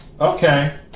Okay